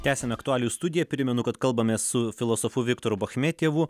tęsiame aktualijų studiją primenu kad kalbamės su filosofu viktoru bachmetjevu